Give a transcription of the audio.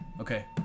Okay